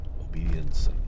obedience